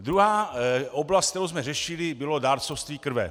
Druhá oblast, kterou jsme řešili, bylo dárcovství krve.